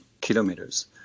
kilometers